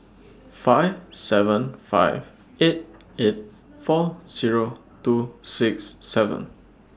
five seven five eight eight four Zero two six seven